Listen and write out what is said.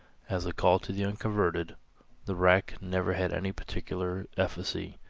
as a call to the unconverted the rack never had any particular efficacy,